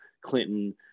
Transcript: clinton